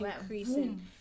increasing